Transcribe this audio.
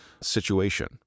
situation